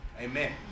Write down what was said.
Amen